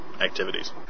activities